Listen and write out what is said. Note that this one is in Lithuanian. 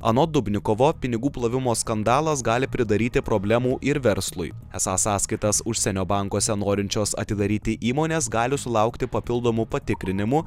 anot dubnikovo pinigų plovimo skandalas gali pridaryti problemų ir verslui esą sąskaitas užsienio bankuose norinčios atidaryti įmonės gali sulaukti papildomų patikrinimų